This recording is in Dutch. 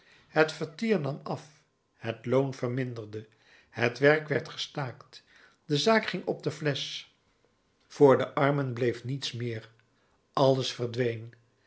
het vertier nam af het loon verminderde het werk werd gestaakt de zaak ging op de flesch voor de armen bleef niets meer alles verdween